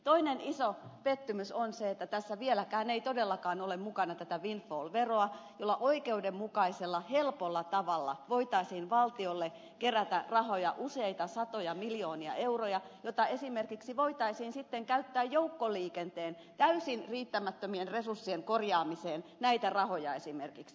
toinen iso pettymys on se että tässä vieläkään ei todellakaan ole mukana tätä windfall veroa jolla oikeudenmukaisella helpolla tavalla voitaisiin valtiolle kerätä rahoja useita satoja miljoonia euroja joita esimerkiksi voitaisiin sitten käyttää joukkoliikenteen täysin riittämättömien resurssien korjaamiseen esimerkiksi